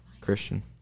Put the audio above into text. Christian